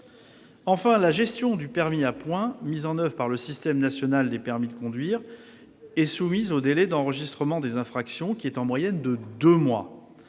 Enfin, la gestion du permis à points, mise en oeuvre par le système national des permis de conduire, est soumise au délai d'enregistrement des infractions, qui est en moyenne de deux mois.